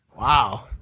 Wow